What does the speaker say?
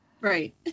Right